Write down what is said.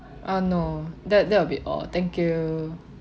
uh no that that will be all thank you